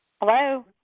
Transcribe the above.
Hello